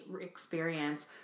experience